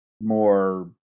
more